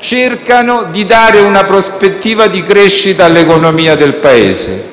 cercano di dare una prospettiva di crescita all'economia del Paese.